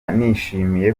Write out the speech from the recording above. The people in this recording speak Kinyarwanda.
nishimiye